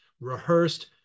rehearsed